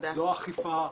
לא אכיפה,